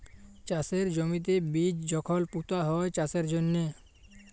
চাষের জমিতে বীজ যখল পুঁতা হ্যয় চাষের জ্যনহে